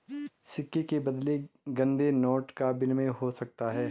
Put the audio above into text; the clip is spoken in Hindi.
सिक्के के बदले गंदे नोटों का विनिमय हो सकता है